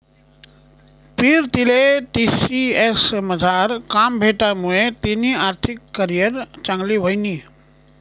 पीरतीले टी.सी.एस मझार काम भेटामुये तिनी आर्थिक करीयर चांगली व्हयनी